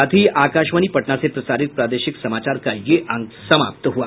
इसके साथ ही आकाशवाणी पटना से प्रसारित प्रादेशिक समाचार का ये अंक समाप्त हुआ